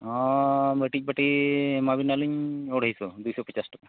ᱦᱮᱸ ᱢᱤᱫᱴᱤᱡ ᱯᱮᱴᱤ ᱮᱢᱟᱵᱤᱱᱟᱞᱤᱧ ᱟᱹᱲᱟᱹᱭᱥᱚ ᱫᱩ ᱥᱚ ᱯᱚᱪᱟᱥ ᱴᱟᱠᱟ